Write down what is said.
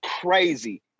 crazy